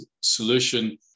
solution